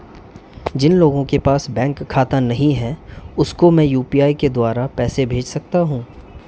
जिन लोगों के पास बैंक खाता नहीं है उसको मैं यू.पी.आई के द्वारा पैसे भेज सकता हूं?